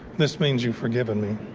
this means you forgiven me.